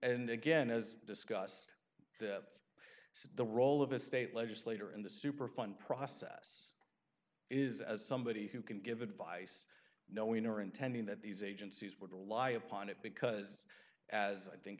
and again as i discussed that the role of a state legislator in the super fun process is as somebody who can give advice knowing or intending that these agencies would rely upon it because as i think